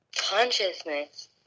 Consciousness